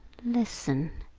listen,